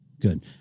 good